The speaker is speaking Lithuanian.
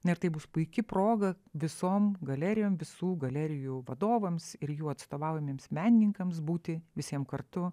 na ir tai bus puiki proga visom galerijom visų galerijų vadovams ir jų atstovaujamiems menininkams būti visiem kartu